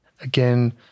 again